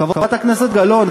חברת הכנסת גלאון,